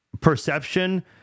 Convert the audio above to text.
perception